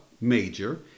major